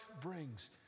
brings